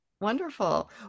Wonderful